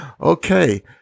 Okay